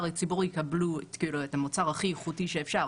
הציבור יקבל את המוצר הכי איכותי שאפשר,